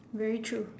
very true